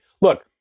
Look